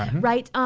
um right? ah